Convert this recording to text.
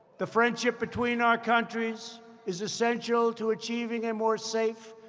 the friendship between our countries is essential to achieving a more safe,